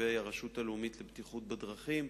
בתקציבי הרשות הלאומית לבטיחות בדרכים,